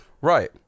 right